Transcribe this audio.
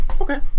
Okay